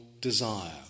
desire